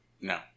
No